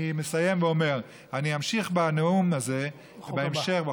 אני מסיים ואומר: אני אמשיך בנאום הזה בהמשך,